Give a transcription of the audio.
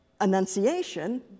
annunciation